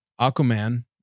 Aquaman